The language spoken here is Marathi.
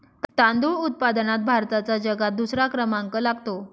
तांदूळ उत्पादनात भारताचा जगात दुसरा क्रमांक लागतो